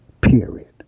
Period